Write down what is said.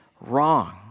wrong